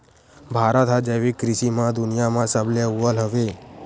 भारत हा जैविक कृषि मा दुनिया मा सबले अव्वल हवे